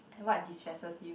what distresses you